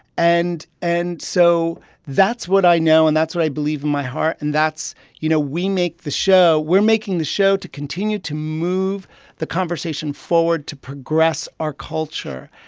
and and so that's what i know. and that's what i believe in my heart and that's you know, we make the show we're making the show to continue to move the conversation forward, to progress our culture.